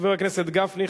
חבר הכנסת גפני.